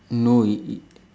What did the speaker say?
no it it